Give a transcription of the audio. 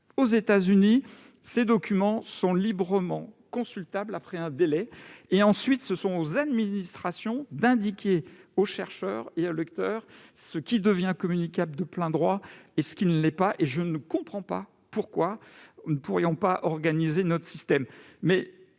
Aux États-Unis, ces documents sont librement consultables après un certain délai ; ensuite, c'est aux administrations d'indiquer aux chercheurs et aux lecteurs ce qui est communicable de plein droit et ce qui ne l'est pas. Je ne comprends pas pourquoi nous ne pourrions pas adopter le même système,